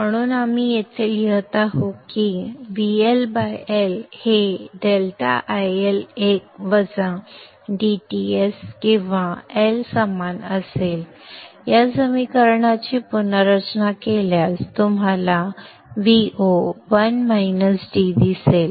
म्हणून आपण येथे लिहित आहोत की VoL हे ∆IL एक वजा dTs किंवा L समान असेल या समीकरणाची पुनर्रचना केल्यास तुम्हाला Vo दिसेल